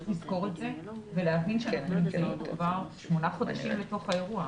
את זה צריך לזכור ולהבין שאנחנו כבר שמונה חודשים בתוך האירוע.